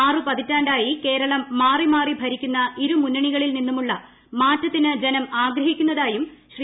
ആറുപതിറ്റാണ്ടായി കേരളം മാറി മാറി ഭരിക്കുന്ന ഇരുമുന്ന്ണിക്ളിൽ നിന്നുമുള്ള മാറ്റത്തിന് ജനം ആഗ്രഹിക്കുന്നതായും ശ്രീ